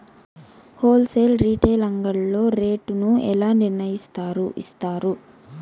Whole sale retail అంగడ్లలో rate ను ఎలా నిర్ణయిస్తారు యిస్తారు?